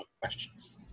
questions